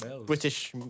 British